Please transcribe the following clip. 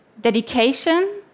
dedication